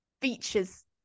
features